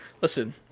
listen